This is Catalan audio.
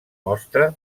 mostra